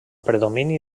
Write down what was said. predomini